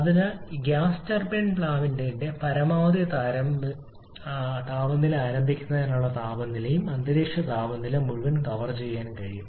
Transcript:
അതിനാൽഗ്യാസ് turbine പ്ലാന്റിന്റെ പരമാവധി താപനില ആരംഭിക്കുന്നതിനുള്ള താപനിലയും അന്തരീക്ഷ താപനില മുഴുവൻ കവർ ചെയ്യാൻ കഴിയും